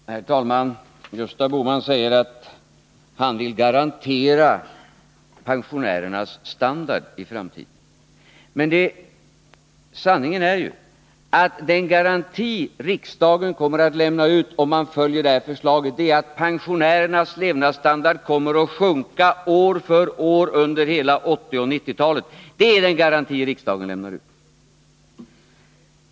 Herr talman! Gösta Bohman säger att han vill garantera pensionärernas standard i framtiden. Men sanningen är ju att den garanti som riksdagen kommer att lämna ut, om den följer det här förslaget, är att pensionärernas levnadsstandard kommer att sjunka år för år under hela 1980 och 1990-talet. Det är den garanti riksdagen ställer ut.